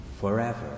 Forever